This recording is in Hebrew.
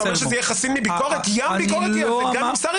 אתה אומר שזה חסין מביקורת אבל יש ים ביקורת וגם השר